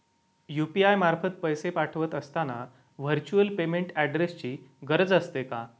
UPI मार्फत पैसे पाठवत असताना व्हर्च्युअल पेमेंट ऍड्रेसची गरज असते का?